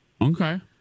okay